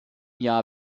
jahr